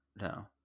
No